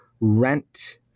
rent